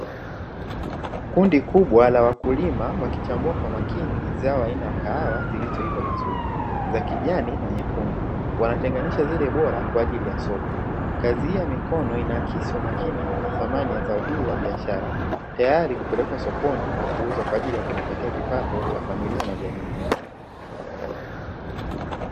Kundi kubwa la wakulima wakichambua kwa makini zao aina ya kahawa zilizoiva vizuri za kijani na nyekundu, wanatenganisha zile bora kwa ajili ya soko. Kazi hii ya mikono inaakisi umakini na thamani ya zao hili la biashara, tayari kupelekwa sokoni na kuuzwa kwa ajili ya kujipatia kipato cha familia na jamii nzima.